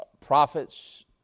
prophets